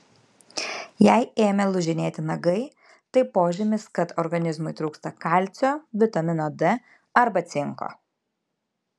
jei ėmė lūžinėti nagai tai požymis kad organizmui trūksta kalcio vitamino d arba cinko